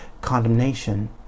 condemnation